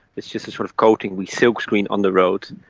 it's just a sort of coating we silkscreen on the road.